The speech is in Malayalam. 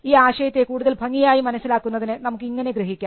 ഈ ആശയത്തെ കൂടുതൽ ഭംഗിയായി മനസ്സിലാക്കുന്നതിന് നമുക്ക് ഇങ്ങനെ ഗ്രഹിക്കാം